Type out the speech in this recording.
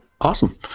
Awesome